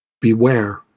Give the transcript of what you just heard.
Beware